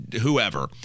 whoever